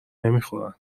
نمیخورن